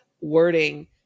wording